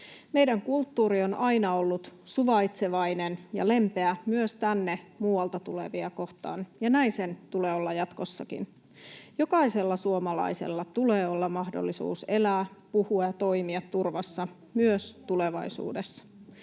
Meidän kulttuuri on aina ollut suvaitsevainen ja lempeä myös tänne muualta tulevia kohtaan, ja näin sen tulee olla jatkossakin. Jokaisella suomalaisella tulee olla mahdollisuus elää, puhua ja toimia turvassa myös tulevaisuudessa.